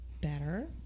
better